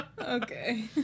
Okay